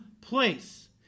place